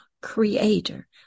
creator